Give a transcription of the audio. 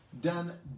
done